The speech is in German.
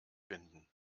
finden